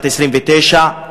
בת 29,